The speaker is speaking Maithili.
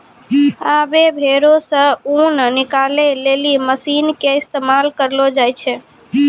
आबै भेड़ो से ऊन निकालै लेली मशीन के इस्तेमाल करलो जाय छै